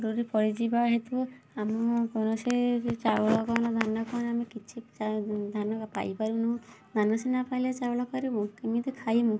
ମରୁଡ଼ି ପଡ଼ିଯିବା ହେତୁ ଆମ କ'ଣ ସେ ଚାଉଳ କ'ଣ ଧାନ କ'ଣ ଆମେ କିଛି ଧାନ ପାଇ ପାରୁନୁ ଧାନ ସିନା ପାଇଲେ ଚାଉଳ କରିବୁ କେମିତି ଖାଇମୁ